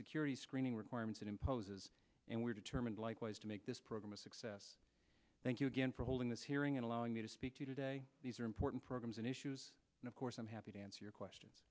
security screening requirements it imposes and we determined likewise to make this program a success thank you again for holding this hearing and allowing me to speak to you today these are important programs and issues and of course i'm happy to answer your questions